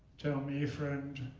tell me, friend,